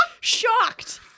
shocked